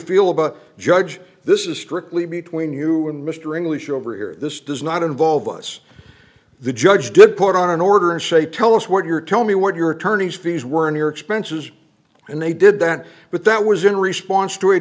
feel about a judge this is strictly between you and mr english over here this does not involve us the judge could put on an order and say tell us what your tell me what your attorney's fees were in your expenses and they did that but that was in response to